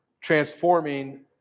transforming